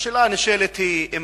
השאלה הנשאלת היא,